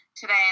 today